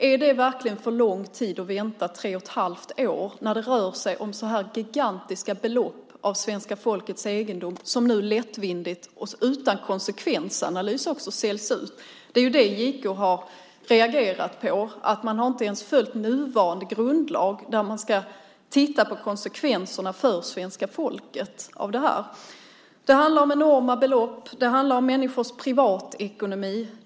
Är det verkligen för lång tid att vänta 3 1⁄2 år när det rör sig om gigantiska belopp, svenska folkets egendom som nu lättvindigt och utan konsekvensanalys säljs ut? Det JK har reagerat på är att man inte ens har följt nuvarande grundlag och tittat på konsekvenserna för svenska folket. Det handlar om enorma belopp. Det handlar om människors privatekonomi.